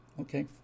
Okay